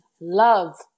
love